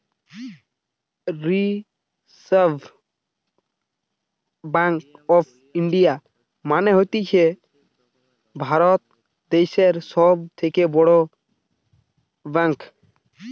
reserve Bank of India মানে হতিছে ভারত দ্যাশের সব থেকে বড় ব্যাঙ্ক